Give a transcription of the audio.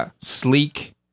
Sleek